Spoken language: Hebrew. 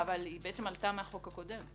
אבל היא עלתה מהחוק הקודם.